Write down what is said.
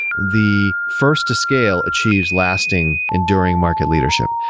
the first to scale achieves lasting enduring market leadership.